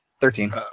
Thirteen